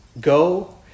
go